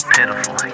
pitiful